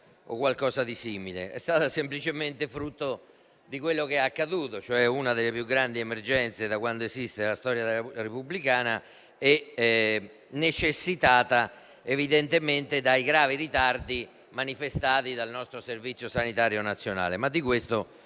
è stata semplicemente il frutto di quello che è accaduto, cioè una delle più grandi emergenze della storia repubblicana, e necessitata evidentemente dai gravi ritardi manifestati dal nostro Servizio sanitario nazionale.